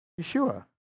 Yeshua